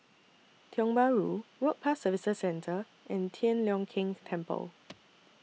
Tiong Bahru Work Pass Services Centre and Tian Leong Keng Temple